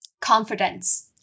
confidence